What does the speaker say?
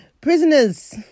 Prisoners